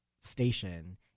station